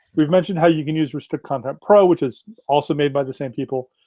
we've mentioned how you can use restrict content pro, which is also made by the same people.